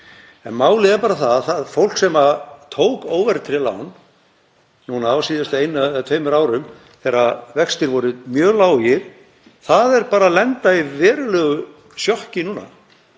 málið er bara að það fólk sem tók óverðtryggð lán á síðasta einu eða tveimur árum þegar vextir voru mjög lágir er að lenda í verulegu sjokki núna.